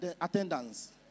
attendance